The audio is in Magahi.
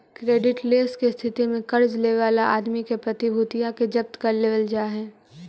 क्रेडिटलेस के स्थिति में कर्ज लेवे वाला आदमी के प्रतिभूतिया के जब्त कर लेवल जा हई